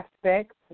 aspects